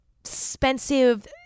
expensive